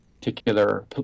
particular